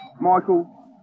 Michael